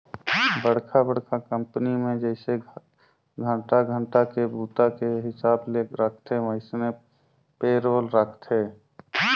बड़खा बड़खा कंपनी मे जइसे घंटा घंटा के बूता के हिसाब ले राखथे वइसने पे रोल राखथे